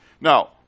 Now